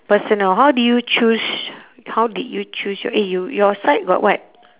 personal how do you choose how did you choose your eh you your side got what